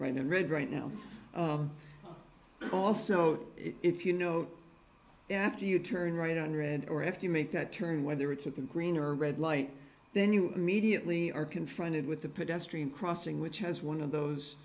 right in red right now also if you know after you turn right on red or if you make that turn whether it's at the green or red light then you immediately are confronted with the pedestrian crossing which has one of those